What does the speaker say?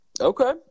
Okay